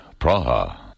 Praha